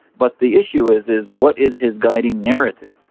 but the issue is is what is his guiding narrative?